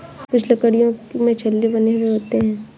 कुछ लकड़ियों में छल्ले बने हुए होते हैं